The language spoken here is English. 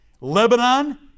Lebanon